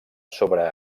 sobre